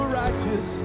righteous